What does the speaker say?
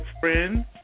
friends